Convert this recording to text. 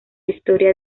historia